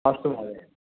अस्तु महोदय